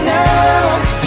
now